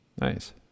Nice